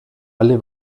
alle